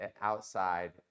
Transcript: outside